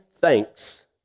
thanks